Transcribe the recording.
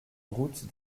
route